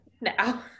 now